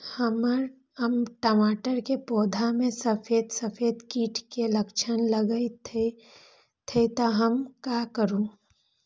हमर टमाटर के पौधा में सफेद सफेद कीट के लक्षण लगई थई हम का करू?